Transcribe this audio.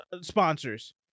sponsors